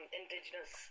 indigenous